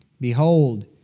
Behold